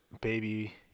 Baby